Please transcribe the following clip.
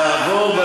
תעבור, מי הפולש?